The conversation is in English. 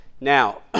Now